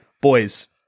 Boys